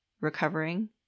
Recovering